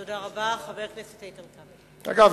אגב,